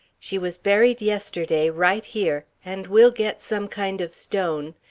she was buried yesterday, right here, and we'll get some kind of stone.